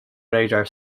radar